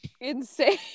insane